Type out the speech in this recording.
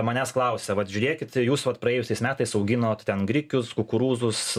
manęs klausia vat žiūrėkit jūs vat praėjusiais metais auginot ten grikius kukurūzus